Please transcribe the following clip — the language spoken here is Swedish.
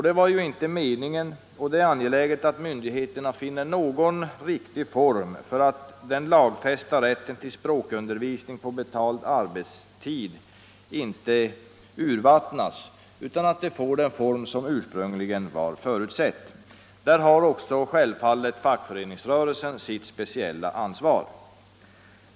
Det var ju inte meningen, och det är angeläget att myndigheterna finner = Riktlinjer för någon riktig form för att den lagfästa rätten till språkundervisning på = invandraroch betald arbetstid inte urvattnas utan att den får den form som ursprung = minoritetspolitiken, ligen var avsedd. Där har självfallet också fackföreningsrörelsen sitt spe = m.m. ciella ansvar.